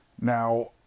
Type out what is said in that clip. now